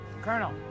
Colonel